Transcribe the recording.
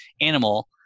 animal